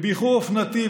שבאיחור אופנתי,